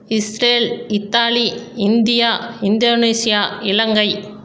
Israel Italy India Indonesia Ilangai